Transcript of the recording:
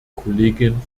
kollegin